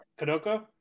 Kanoko